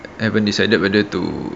I haven't decided whether to